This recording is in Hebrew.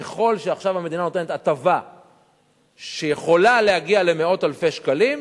ככל שעכשיו המדינה נותנת הטבה שיכולה להגיע למאות אלפי שקלים,